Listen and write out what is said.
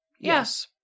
Yes